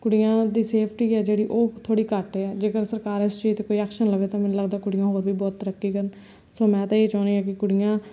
ਕੁੜੀਆਂ ਦੀ ਸੇਫਟੀ ਆ ਜਿਹੜੀ ਉਹ ਥੋੜ੍ਹੀ ਘੱਟ ਆ ਜੇਕਰ ਸਰਕਾਰ ਇਸ ਚੀਜ਼ 'ਤੇ ਕੋਈ ਐਕਸ਼ਨ ਲਵੇ ਤਾਂ ਮੈਨੂੰ ਲੱਗਦਾ ਕੁੜੀਆਂ ਹੋਰ ਵੀ ਬਹੁਤ ਤਰੱਕੀ ਕਰਨ ਸੋ ਮੈਂ ਤਾਂ ਇਹ ਚਾਹੁੰਦੀ ਹਾਂ ਕਿ ਕੁੜੀਆਂ